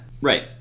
Right